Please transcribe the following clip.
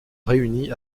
réuni